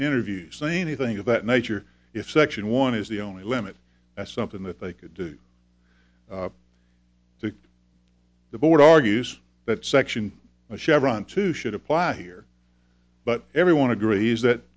interviews saying anything of that nature if section one is the only limit as something that they could do to the board argues that section of chevron two should apply here but everyone agrees that